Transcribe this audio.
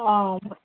অ